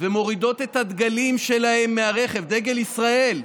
ומורידות את הדגלים שלהן מהרכב, דגל ישראל,